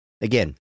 again